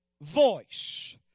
voice